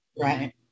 Right